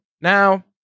Now